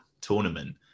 tournament